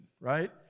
Right